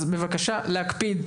אז בבקשה להקפיד.